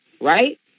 Right